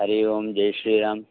हरिः ओम् जयश्रीराम